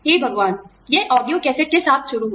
हे भगवान यह audio cassette के साथ शुरू हुआ